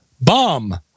bomb